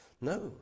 No